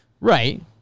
Right